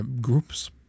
groups